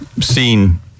seen